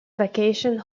vacation